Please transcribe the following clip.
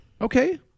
Okay